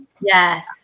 yes